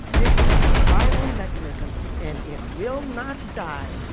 this is a survival mechanism and it will not die,